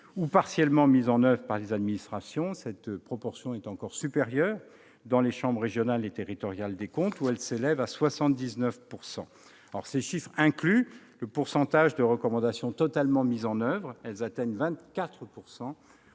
ou partiellement mises en oeuvre par les administrations. Cette proportion est encore supérieure pour les chambres régionales et territoriales des comptes, où elle s'élève à 79 %. Ces chiffres incluent le pourcentage de recommandations totalement mises en oeuvre, qui atteint 24